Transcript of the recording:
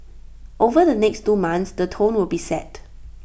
over the next two months the tone will be set